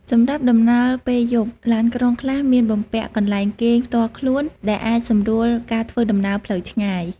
សម្រាប់ដំណើរពេលយប់ ឡានក្រុងខ្លះមានបំពាក់កន្លែងគេងផ្ទាល់ខ្លួនដែលអាចសម្រួលការធ្វើដំណើរផ្លូវឆ្ងាយ។